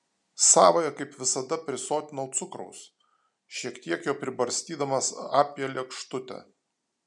savąją kaip visada prisotinau cukraus šiek tiek jo pribarstydamas apie lėkštutę